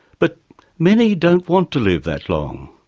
but many don't want to live that long.